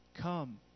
Come